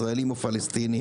ישראלים או פלסטינים.